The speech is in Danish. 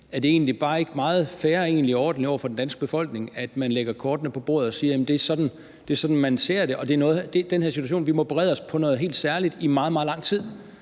ikke meget fair og ordentligt over for den danske befolkning, at man lægger kortene på bordet og siger, at det er sådan, man ser det, og at vi i den her situation må berede os på noget helt særligt i meget, meget